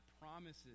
promises